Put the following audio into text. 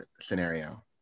scenario